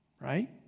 right